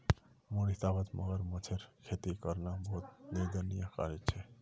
मोर हिसाबौत मगरमच्छेर खेती करना बहुत निंदनीय कार्य छेक